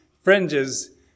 fringes